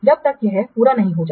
जब तक यह पूरा नहीं हो जाता